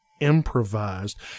improvised